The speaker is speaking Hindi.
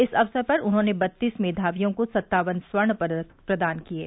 इस अवसर पर उन्होंने बत्तीस मेघावियों को सत्तावन स्वर्ण पदक प्रदान किये